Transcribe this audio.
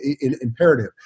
imperative